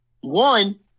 one –